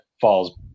falls